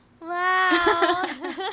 Wow